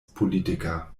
politiker